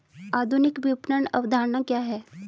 आधुनिक विपणन अवधारणा क्या है?